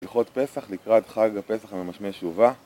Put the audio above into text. שיחות פסח לקראת חג הפסח ממשמש ובא